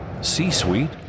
C-Suite